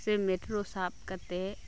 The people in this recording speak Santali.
ᱥᱮ ᱢᱮᱴᱴᱨᱳ ᱥᱟᱵ ᱠᱟᱛᱮᱫ